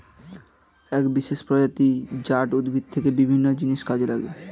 এক বিশেষ প্রজাতি জাট উদ্ভিদ থেকে বিভিন্ন জিনিস কাজে লাগে